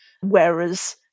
Whereas